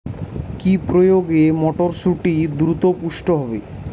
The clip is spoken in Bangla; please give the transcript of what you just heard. কি প্রয়োগে মটরসুটি দ্রুত পুষ্ট হবে?